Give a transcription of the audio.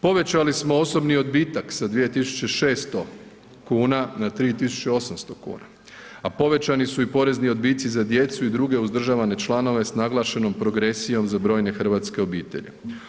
Povećali smo osobni odbitak sa 2.600 kuna na 3.800 kuna, a povećani su i porezni odbici za djecu i druge uzdržavane članove s naglašenom progresijom za brojne hrvatske obitelji.